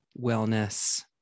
wellness